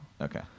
Okay